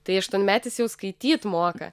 tai aštuonmetis jau skaityt moka